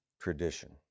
tradition